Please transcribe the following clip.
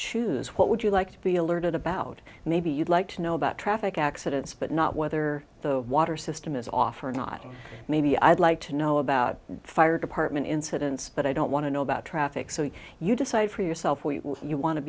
choose what would you like to be alerted about maybe you'd like to know about traffic accidents but not whether the water system is off or not maybe i'd like to know about fire department incidents but i don't want to know about traffic so you decide for yourself or you w